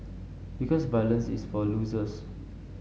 because violence is for losers